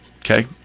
Okay